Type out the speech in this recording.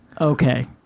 okay